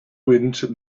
wind